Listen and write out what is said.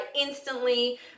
instantly